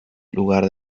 lugar